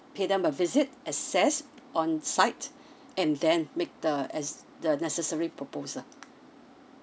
pay them a visit assess on site and then make the as~ the necessary proposal